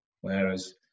whereas